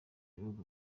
bihugu